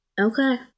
okay